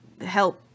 help